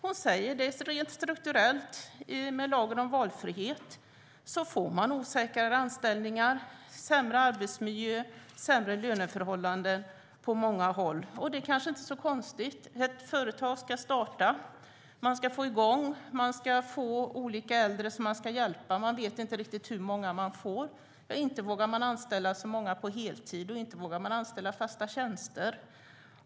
Hon säger att rent strukturellt får man med lagen om valfrihet osäkrare anställningar, sämre arbetsmiljö och sämre löneförhållanden på många håll. Det är kanske inte så konstigt. Ett företag ska starta, man ska få i gång det och man ska få olika äldre man ska hjälpa men man vet inte riktigt hur många man får. Man vågar inte anställa så många på heltid eller på fasta tjänster.